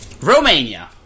Romania